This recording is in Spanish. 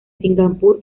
singapur